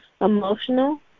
emotional